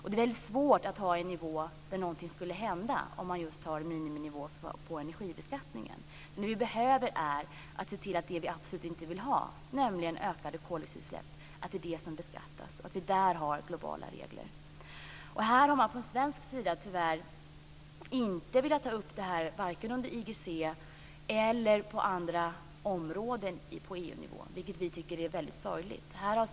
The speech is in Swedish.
Det är svårt att få någonting att hända med en miniminivå på just energibeskattningen. Vi behöver se till att det vi absolut inte vill ha, nämligen ökade koldioxidutsläpp, är det som beskattas och att vi har globala regler för det. Från svensk sida har man tyvärr inte velat ta upp denna fråga, vare sig under IGC eller på andra områden på EU-nivå. Det tycker vi är sorgligt.